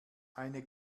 eine